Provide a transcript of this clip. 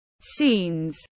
scenes